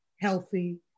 healthy